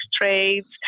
trades